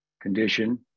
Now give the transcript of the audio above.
condition